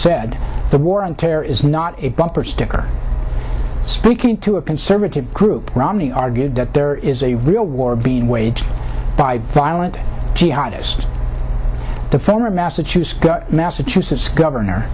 said the war on terror is not a bumper sticker speaking to a conservative group romney argued that there is a real war being waged by violent jihad is the former massachusetts massachusetts governor